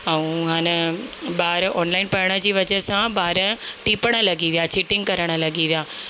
ऐं इहे न ॿार ऑनलाइन पढ़ण जी वजह सां ॿार टीपण लॻी विया चीटिंग करणु लॻी विया